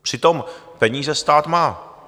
Přitom peníze stát má.